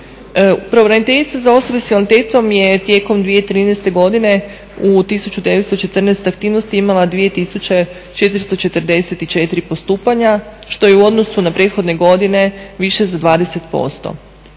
Pravobraniteljica za osobe s invaliditetom je tijekom 2013. godine u 1914 aktivnosti imala 2444 postupanja, što je u odnosu na prethodne godine više za 20%.